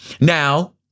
Now